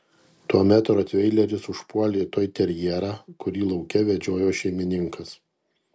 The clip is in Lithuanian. tuomet rotveileris užpuolė toiterjerą kurį lauke vedžiojo šeimininkas